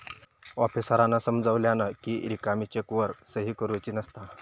आफीसरांन समजावल्यानं कि रिकामी चेकवर सही करुची नसता